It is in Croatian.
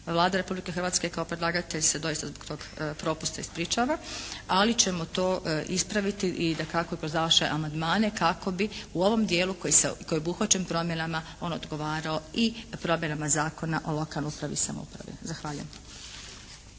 Vlada Republike Hrvatske kao predlagatelj se doista zbog tog propusta ispričava, ali ćemo to ispraviti i dakako kroz vaše amandmane kako bi u ovom dijelu koji je obuhvaćen promjenama on odgovarao i promjenama Zakona o lokalnoj upravi i samoupravi. Zahvaljujem.